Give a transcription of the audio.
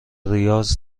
ریاض